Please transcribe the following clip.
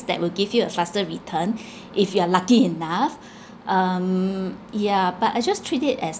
that will give you a faster return if you are lucky enough um yeah but I just treat it as